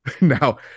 now